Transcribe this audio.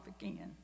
again